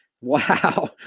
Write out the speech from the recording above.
Wow